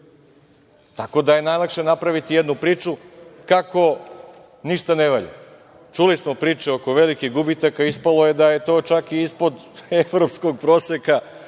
Tako da je najlakše napraviti jednu priču kako ništa ne valja. Čuli smo priče oko velikih gubitaka, ispalo je da je to čak i ispod evropskog proseka,